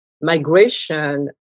migration